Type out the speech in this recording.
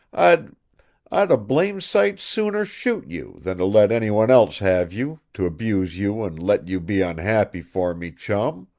i'd i'd a blame' sight sooner shoot you, than to let anyone else have you, to abuse you and let you be unhappy for me, chum.